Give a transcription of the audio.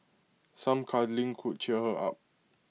some cuddling could cheer her up